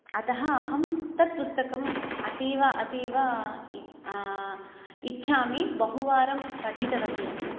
अतः अहं तत्पुस्तकम् अतीव अतीव इच्छामि बहुवारं पठितवति अपि